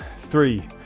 three